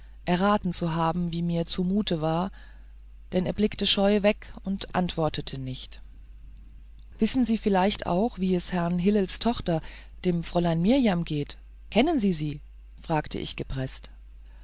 erraten zu haben wie mir zumute war denn er blickte scheu weg und antwortete nicht wissen sie vielleicht auch wie es herrn hillels tochter dem fräulein mirjam geht kennen sie sie fragte ich gepreßt